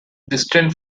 distinct